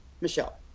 Michelle